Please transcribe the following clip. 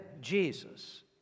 Jesus